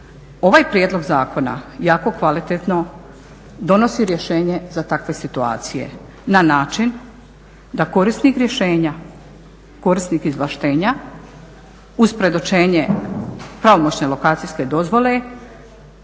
Ovaj prijedlog zakona jako kvalitetno donosi rješenje za takve situacije na način da korisnik rješenja, korisnik izvlaštenja uz predočenje pravomoćne lokacijske dozvole